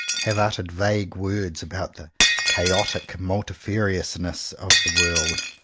have uttered vague words about the chaotic multifariousness of the world.